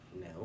No